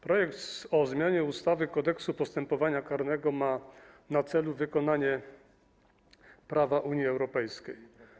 Projekt ustawy o zmianie ustawy Kodeks postępowania karnego ma na celu wykonanie prawa Unii Europejskiej.